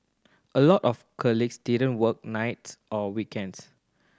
a lot of colleagues didn't work nights or weekends